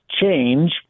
change